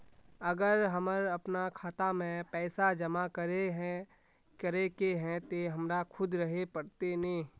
अगर हमर अपना खाता में पैसा जमा करे के है ते हमरा खुद रहे पड़ते ने?